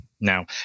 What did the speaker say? Now